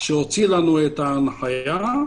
כשהוציא לנו את ההנחיה,